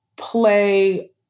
play